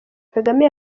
kagame